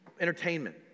Entertainment